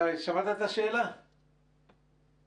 חוזר על מה שאמרתי בתחילת הדברים.